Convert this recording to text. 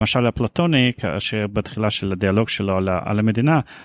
משל אפלטוני כאשר בתחילה של הדיאלוג שלו על המדינה.